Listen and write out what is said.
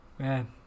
Man